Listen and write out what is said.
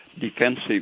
defensive